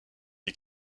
est